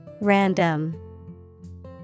Random